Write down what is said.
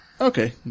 Okay